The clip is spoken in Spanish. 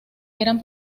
eran